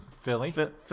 philly